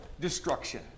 destruction